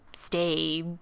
stay